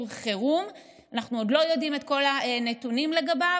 חירום ואנחנו עוד לא יודעים את כל הנתונים לגביו,